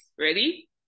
Ready